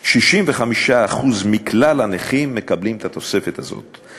65% מכלל הנכים מקבלים את התוספת הזאת,